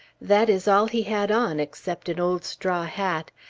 that is all he had on, except an old straw hat,